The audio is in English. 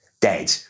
dead